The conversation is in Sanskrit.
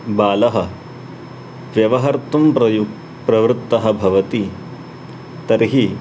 बालः व्यवहर्तुं प्रयु प्रवृत्तः भवति तर्हि